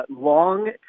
long